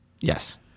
Yes